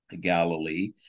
Galilee